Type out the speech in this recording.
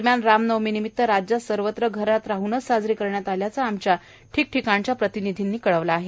दरम्यान राम नवमीराज्यात सर्वत्र घरात राहनच साजरी करण्यात आल्याचं आमच्या ठीक ठिकाणच्या प्रतिनिधींनी कळवलं आहे